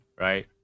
Right